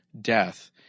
death